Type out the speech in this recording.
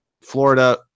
Florida